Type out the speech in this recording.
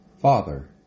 Father